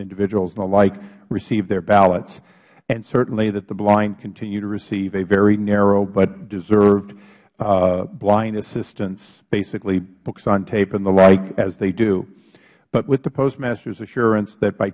individuals and the like receive their ballots and certainly that the blind continue to receive a very narrow but deserved blind assistance basically books on tape and the like as they do but with the postmasters assurance that